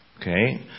Okay